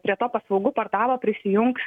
prie to paslaugų portalo prisijungs